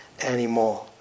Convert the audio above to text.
anymore